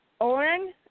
oren